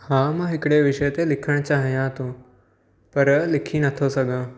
हा मां हिकिड़े विषय ते लिखणु चाहियां थो पर लिखी नथो सघां